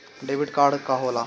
Debit card का होला?